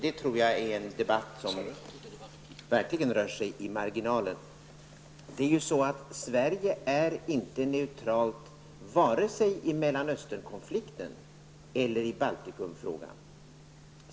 Detta är en debatt som verkligen rör sig i marginalen. Sverige är inte neutralt vare sig i Mellanösternkonflikten eller i Baltikumfrågan.